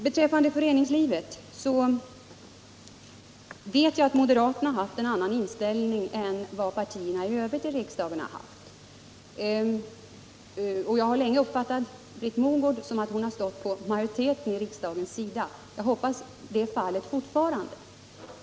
Beträffande föreningslivet vet jag att moderaterna har haft en annan inställning än övriga partier i riksdagen. Jag har länge uppfattat det som att Britt Mogård stått på riksdagsmajoritetens sida. Jag hoppas att det är fallet fortfarande.